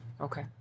Okay